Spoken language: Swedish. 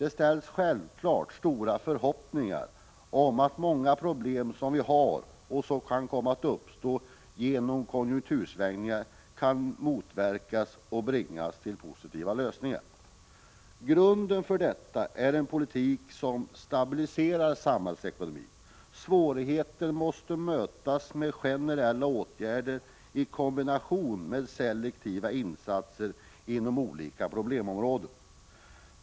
Det ställs självfallet stora förhoppningar om att många problem som vi har och som kan komma att uppstå genom konjunktursvängningar kan motverkas och bringas till positiva lösningar. Grunden för detta är en politik som stabiliserar samhällsekonomin. Svårigheterna måste mötas med generella åtgärder i kombination med selektiva insatser inom olika problemområden.